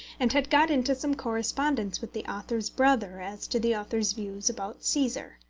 and had got into some correspondence with the author's brother as to the author's views about caesar.